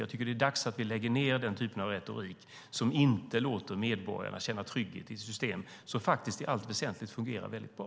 Jag tycker att det är dags att lägga ned den typen av retorik som inte låter medborgarna känna trygghet i ett system som i allt väsentligt fungerar väldigt bra.